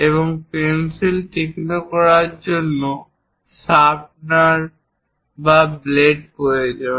এবং পেন্সিল তীক্ষ্ণ করার জন্য স্যান্ডপেপার শার্পনার বা ব্লেড প্রয়োজন